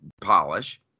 polish